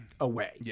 away